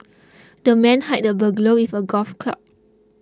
the man hit the burglar with a golf club